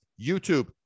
YouTube